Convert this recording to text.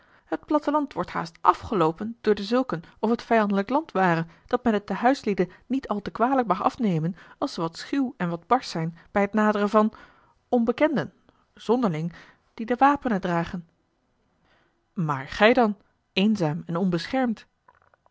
het platteland wordt haast afgeloopen door dezulken of t vijandelijk land ware dat men het den huislieden niet al te kwalijk mag afnemen als ze wat schuw en wat barsch zijn bij t naderen van onbekenden zonderling die de wapenen dragen maar gij dan eenzaam en onbeschermd